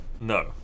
No